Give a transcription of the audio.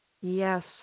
Yes